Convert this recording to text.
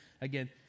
again